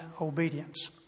obedience